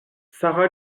sara